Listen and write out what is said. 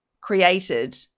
created